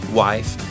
wife